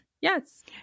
Yes